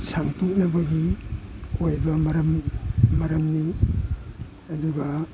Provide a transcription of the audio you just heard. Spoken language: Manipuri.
ꯁꯪꯇꯣꯛꯅꯕꯒꯤ ꯑꯣꯏꯕ ꯃꯔꯝ ꯃꯔꯝꯅꯤ ꯑꯗꯨꯒ